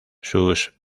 sus